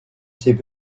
ses